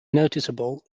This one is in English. noticeable